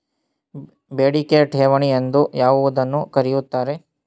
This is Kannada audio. ಬೇಡಿಕೆ ಠೇವಣಿ ಎಂದು ಯಾವುದನ್ನು ಕರೆಯುತ್ತಾರೆ?